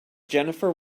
jennifer